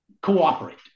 cooperate